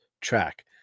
track